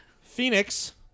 Phoenix